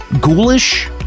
ghoulish